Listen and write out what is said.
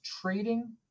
trading